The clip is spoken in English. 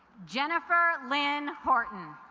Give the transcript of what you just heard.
jennifer lynn horton